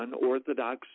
unorthodox